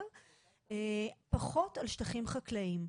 פחות על שטחים חקלאיים.